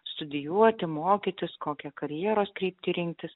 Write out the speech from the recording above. studijuoti mokytis kokią karjeros kryptį rinktis